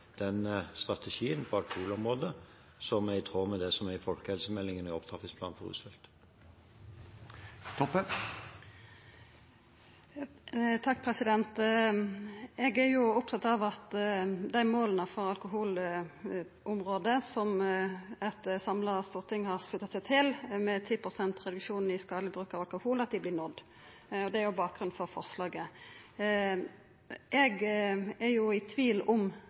den strategien på alkoholområdet som er i tråd med det som er i folkehelsemeldingen og i opptrappingsplanen for rusfeltet. Eg er opptatt av at det målet på alkoholområdet som eit samla storting har slutta seg til, om 10 pst. reduksjon i skadeleg bruk av alkohol, vert nådd. Det er bakgrunnen for forslaget. Eg er i tvil om